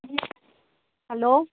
hello